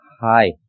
hi